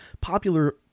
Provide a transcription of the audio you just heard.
popular